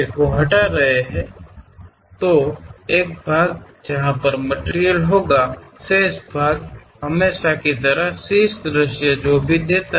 ನಾವು ಆ ಭಾಗವನ್ನು ತೆಗೆದುಹಾಕುವಾಗ ಈ ವಸ್ತುವನ್ನು ಹೊಂದಿರುವ ಉಳಿದ ಭಾಗವು ಎಂದಿನಂತೆ ಉನ್ನತ ನೋಟವನ್ನು ನೀಡುತ್ತದೆ